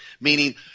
meaning